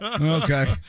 Okay